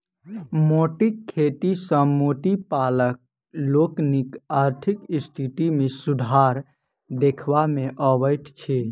मोतीक खेती सॅ मोती पालक लोकनिक आर्थिक स्थिति मे सुधार देखबा मे अबैत अछि